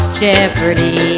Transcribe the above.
jeopardy